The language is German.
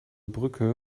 brücke